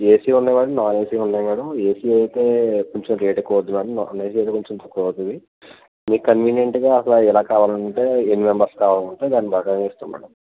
AC ఉన్నాయి and non AC ఉన్నాయి madam AC అయితే కొంచెం రేట్ ఎక్కువ అవుతుంది కానీ నాన్ ఏసీ అయితే కొంచెం తక్కువ అవుతుంది మీకు కన్వీనియంట్గా అక్కడ ఎలా కావాలంటే ఎన్ని మెంబర్స్ కావాలంటే దాని ప్రకారం ఇస్తాం మేడం